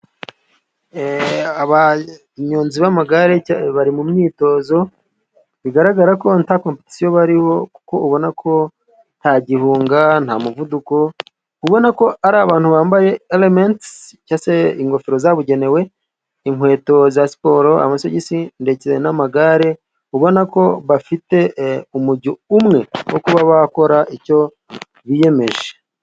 Abanyonzi b'amagare bari mu myitozo. Bigaragara ko nta kompetisiyo bariho kuko ubona ko ntagihunga ,nta muvuduko . Ubona ko ari abantu bambaye elemensi cyangwa se ingofero zabugenewe, inkweto za siporo, amasogisi ndetse n'amagare ubona ko bafiteumujyo umwe wo kuba bakora icyo biyemeje.